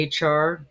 HR